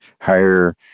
higher